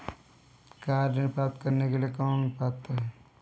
Car ऋण प्राप्त करने के लिए कौन पात्र है?